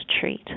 treat